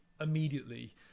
immediately